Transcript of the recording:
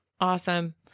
Awesome